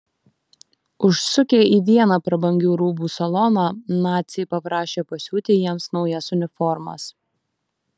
užsukę į vieną prabangių rūbų saloną naciai paprašė pasiūti jiems naujas uniformas